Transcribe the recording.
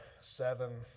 seven